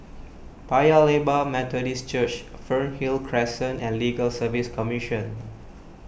Paya Lebar Methodist Church Fernhill Crescent and Legal Service Commission